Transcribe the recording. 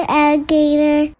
alligator